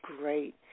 great